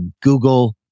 Google